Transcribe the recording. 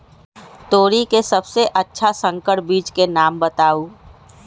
तोरी के सबसे अच्छा संकर बीज के नाम बताऊ?